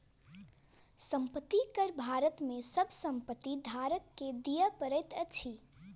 संपत्ति कर भारत में सभ संपत्ति धारक के दिअ पड़ैत अछि